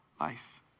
life